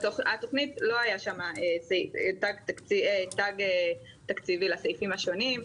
בתכנית לא היה תג תקציבי לסעיפים השונים,